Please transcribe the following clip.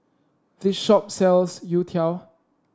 this shop sells youtiao